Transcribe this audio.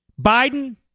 Biden